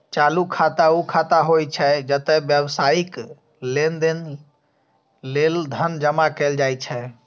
चालू खाता ऊ खाता होइ छै, जतय व्यावसायिक लेनदेन लेल धन जमा कैल जाइ छै